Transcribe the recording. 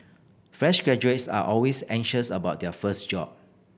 fresh graduates are always anxious about their first job